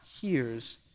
hears